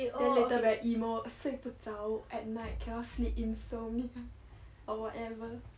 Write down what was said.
then later very emo 睡不着 at night cannot sleep insomnia or whatever